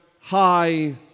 high